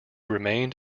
remained